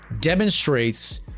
demonstrates